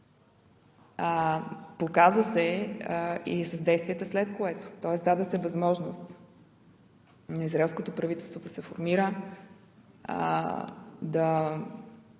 показа се и с действията след това, тоест даде се възможността израелското правителство да формира, да